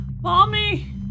Mommy